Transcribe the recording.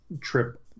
trip